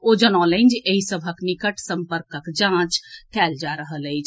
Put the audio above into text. ओ जनौलनि जे एहि सभक निकट सम्पर्कक जांच कएल जा रहल अछि